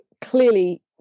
clearly